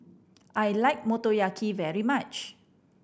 I like Motoyaki very much